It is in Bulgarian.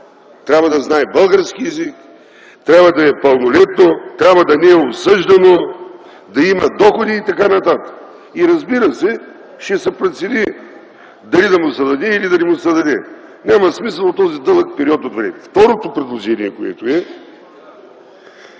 трябва да знае български език, трябва да е пълнолетно, трябва да не е осъждано, да има доходи и т.н. Разбира се, ще се прецени дали да му се даде или да не му се даде. Няма смисъл от този дълъг период от време. Второто предложение, което е,